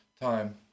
time